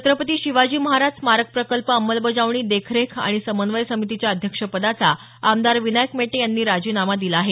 छत्रपती शिवाजी महाराज स्मारक प्रकल्प अंमलबजावणी देखरेख आणि समन्वय समितीच्या अध्यक्षपदाचा आमदार विनायक मेटे यांनी राजीनामा दिला आहे